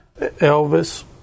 Elvis